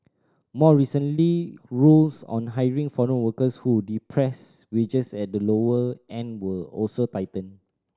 more recently rules on hiring foreign workers who depress wages at the lower end were also tightened